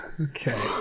okay